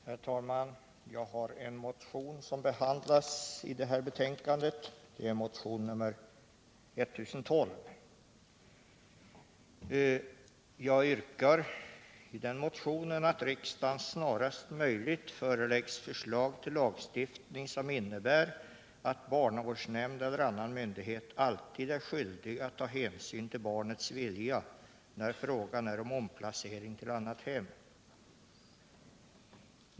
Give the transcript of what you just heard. Herr talman! Jag har en motion som behandlas i det här betänkandet, motionen 1012. I den motionen yrkar jag att riksdagen snarast möjligt skall föreläggas förslag till lagstiftning som innebär att barnavårdsnämnd eller annan myndighet är skyldig att ta hänsyn till barnets vilja när fråga är om omplacering till annat hem.